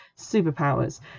superpowers